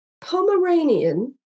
Pomeranian